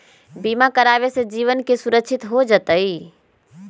बीमा करावे से जीवन के सुरक्षित हो जतई?